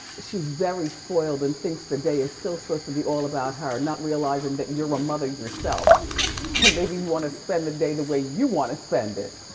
she's very spoiled and thinks the day is still supposed to be all about her, not realizing that you're a mother yourself and maybe you wanna spend the day the way you wanna spend it.